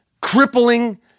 crippling